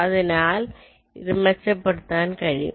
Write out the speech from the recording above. അതിനാൽ അത് മെച്ചപ്പെടുത്താൻ കഴിയും